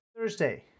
Thursday